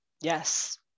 Yes